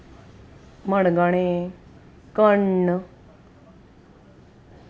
उड्डमेथी तोय वन्न सार